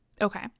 Okay